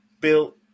built